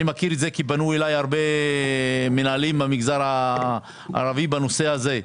אני מכיר את זה כי פנו אליי הרבה מנהלים במגזר הערבי בנושא הזה.